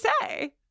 say